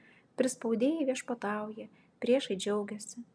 prispaudėjai viešpatauja priešai džiaugiasi